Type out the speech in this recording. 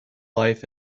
life